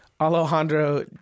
Alejandro